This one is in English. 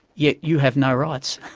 yet you have no rights.